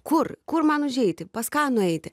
kur kur man užeiti pas ką nueiti